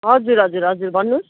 हजुर हजुर हजुर भन्नुहोस्